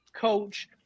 coach